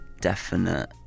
definite